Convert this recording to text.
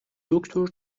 دکتر